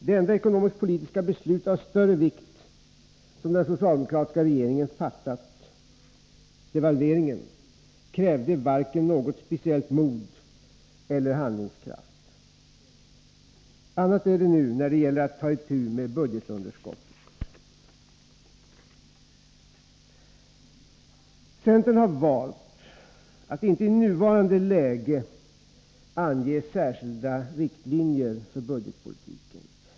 Det enda ekonomisk-politiska beslut av större vikt som den socialdemokratiska regeringen fattat — devalveringen — krävde varken något speciellt stort mått av mod eller handlingskraft. Annat är det nu när det gäller att ta itu med budgetunderskottet. Centern har valt att inte i nuvarande läge ange särskilda riktlinjer för budgetpolitiken.